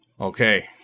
Okay